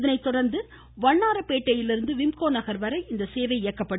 இதனை தொடர்ந்து வண்ணாரப்பேட்டையிலிருந்து விம்கோநகர்வரை இந்தசேவை இயக்கப்படும்